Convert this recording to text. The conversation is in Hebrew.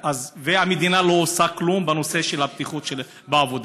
והמדינה לא עושה כלום בנושא של בטיחות בעבודה.